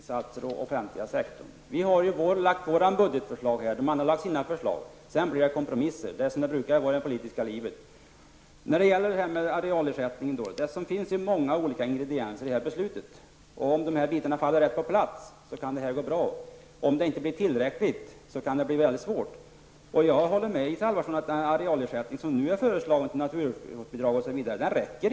Herr talman! Vi har lagt fram vårt budgetförslag när det gäller utbildningsinsatser och den offentliga sektorn. De andra partierna har lagt fram sina förslag. Sedan blir det kompromisser. Det är som det brukar vara i det politiska livet. Beträffande arealersättningen vill jag säga att det finns många olika ingredienser i detta beslut. Om bitarna faller in på rätt plats kan det gå bra. Om det inte blir tillräckligt, kan det bli mycket svårt. Jag håller med Isa Halvarsson om att den arealersättning som nu är föreslagen med naturvårdsbidrag osv. inte räcker.